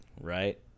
Right